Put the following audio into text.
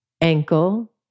ankle